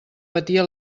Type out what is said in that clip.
batia